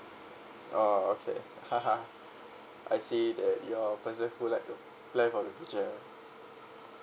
oh okay ha ha I see that you are a person who like to plan for the future